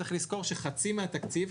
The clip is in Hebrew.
צריך לזכור שחצי מהתקציב,